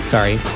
Sorry